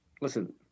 listen